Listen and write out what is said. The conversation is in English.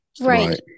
Right